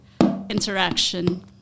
interaction